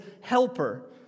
helper